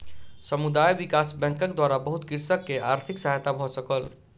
समुदाय विकास बैंकक द्वारा बहुत कृषक के आर्थिक सहायता भ सकल